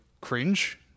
cringe